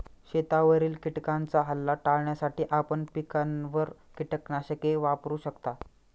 शेतावरील किटकांचा हल्ला टाळण्यासाठी आपण पिकांवर कीटकनाशके वापरू शकता